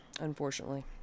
unfortunately